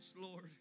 Lord